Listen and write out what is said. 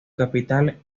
capital